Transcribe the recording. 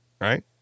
right